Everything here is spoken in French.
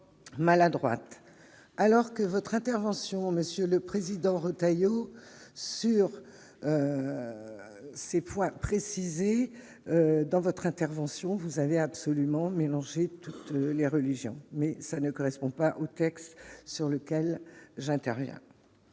alors que votre intervention, monsieur le Président Retailleau sur ces points préciser dans votre intervention, vous avez absolument mélanger toutes les religions, mais ça ne correspond pas au texte sur lequel j'interviens